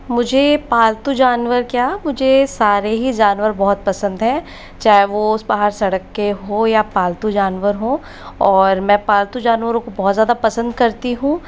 मुझे पालतू जानवर क्या मुझे सारे ही बहुत जानवर पसंद हैं चाहे वो बाहर सड़क के हो या पालतू जानवर हो और मैं पालतू जानवरों को बहुत ज़्यादा पसंद करती हूँ